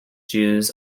jews